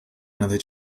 another